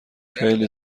خیلی